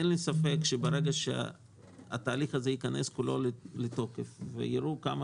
אין לי ספק שברגע שהתהליך הזה ייכנס כולו לתוקף ויראו כמה